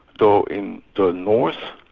though in the north,